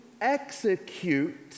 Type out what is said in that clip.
execute